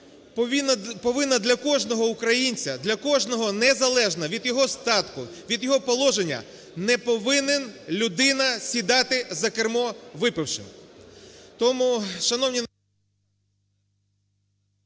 Повинна для кожного українця, для кожного, незалежно від його статку, від його положення не повинна людина сідати за кермо випивши.